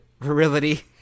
virility